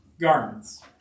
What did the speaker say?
garments